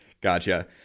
Gotcha